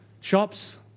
Shops